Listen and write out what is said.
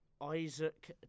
Isaac